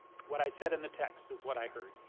what i said in the text is what i heard.